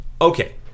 Okay